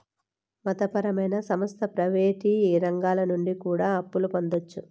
మత పరమైన సంస్థ ప్రయివేటు రంగాల నుండి కూడా అప్పులు పొందొచ్చు